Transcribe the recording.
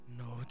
no